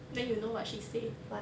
then you know what she say